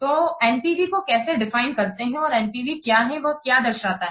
तो NPV को कैसे डिफाइन करते हैं और और NPV क्या है वह क्या दर्शाता है